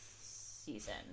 season